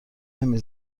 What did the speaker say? نمی